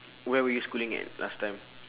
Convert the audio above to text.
where were you schooling at last time